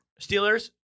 Steelers